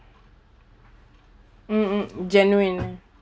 mm mm genuine